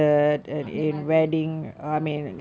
அந்த மாதிரி:antha maathiri ya